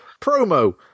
Promo